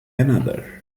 another